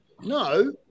no